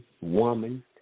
woman